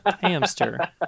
Hamster